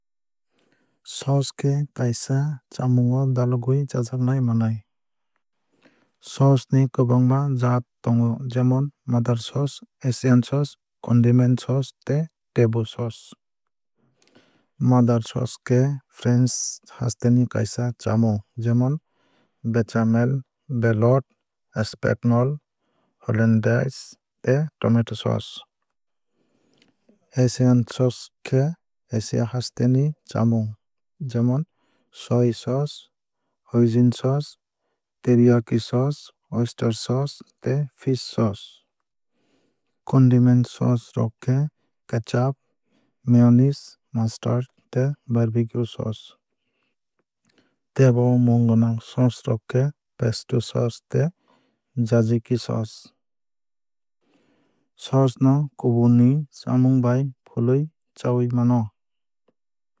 Sauce khe kaisa chamung o dalogwui chajaknai manwui. Souce ni kwbangma jaat tongo jemon mother sauce asian sauce condiment sauce tei tebo sauce. Mother sauce khe french haste ni kaisa chamung jemon béchamel velouté espagnole hollandaise tei tomato sauce. Asian sauce khe asia haste ni chamung jemom soy sauce hoisin sauce teriyaki sauce oyster sauce tei fish sauce. Condiment sauce rok khe ketchup mayonnaise mustard tei barbecue sauce. Tebo mung gwnang souce ro khe pesto souce tei tzatziki souce. Souce no kubun ni chamung bai fului chawui mano.